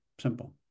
simple